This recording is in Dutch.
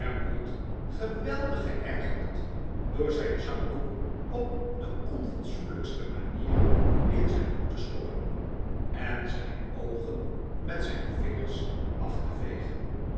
geweldig geergerd door zijn zakdoek op de onfatsoenlijkste manier in zijn hoed te stoppen en zijn oogen met zijn vingers af te vegen